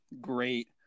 great